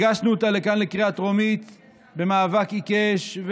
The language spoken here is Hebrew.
הגשנו אותה לקריאה טרומית במאבק עיקש,